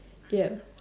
ya